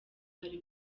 hari